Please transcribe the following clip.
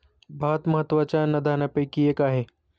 भात महत्त्वाच्या अन्नधान्यापैकी एक आहे